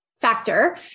factor